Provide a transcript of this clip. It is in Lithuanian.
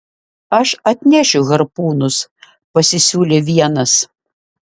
aš atnešiu harpūnus pasisiūlė vienas